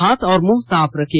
हाथ और मुंह साफ रखें